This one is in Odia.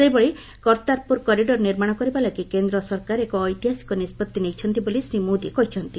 ସେହିଭଳି କର୍ତ୍ତାରପୁର କରିଡର ନିର୍ମାଣ କରିବା ଲାଗି କେନ୍ଦ୍ର ସରକାର ଏକ ଐତିହାସିକ ନିଷ୍କଭି ନେଇଛନ୍ତି ବୋଲି ଶ୍ରୀ ମୋଦି କହିଛନ୍ତି